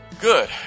Good